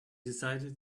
decided